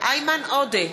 איימן עודה,